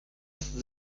ist